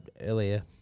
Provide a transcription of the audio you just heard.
Earlier